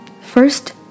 First